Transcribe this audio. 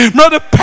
Brother